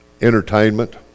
entertainment